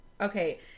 Okay